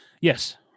Yes